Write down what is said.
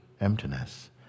emptiness